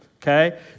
Okay